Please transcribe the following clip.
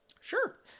sure